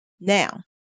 Now